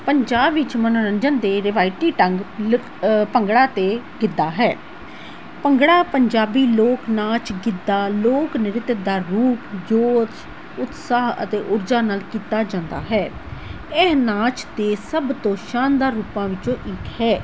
ਪੰਜਾਬ ਵਿੱਚ ਮਨੋਰੰਜਨ ਦੇ ਰਿਵਾਈਤੀ ਢੰਗ ਲ ਭੰਗੜਾ ਅਤੇ ਗਿੱਧਾ ਹੈ ਭੰਗੜਾ ਪੰਜਾਬੀ ਲੋਕ ਨਾਚ ਗਿੱਧਾ ਲੋਕ ਨ੍ਰਿੱਤ ਦਾ ਰੂਪ ਜੋ ਉਤਸ਼ਾਹ ਅਤੇ ਊਰਜਾ ਨਾਲ ਕੀਤਾ ਜਾਂਦਾ ਹੈ ਇਹ ਨਾਚ ਦੀ ਸਭ ਦੋ ਸ਼ਾਨਦਾਰ ਰੂਪਾਂ ਵਿੱਚੋਂ ਇੱਕ ਹੈ